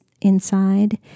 inside